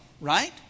right